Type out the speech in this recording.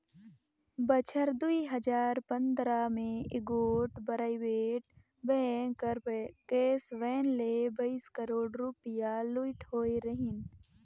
बछर दुई हजार पंदरा में एगोट पराइबेट बेंक कर कैस वैन ले बाइस करोड़ रूपिया लूइट होई रहिन